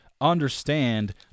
understand